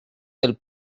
del